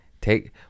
take